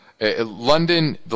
London